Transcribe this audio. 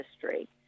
history